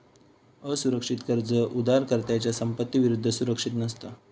असुरक्षित कर्ज उधारकर्त्याच्या संपत्ती विरुद्ध सुरक्षित नसता